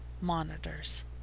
monitors